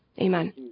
Amen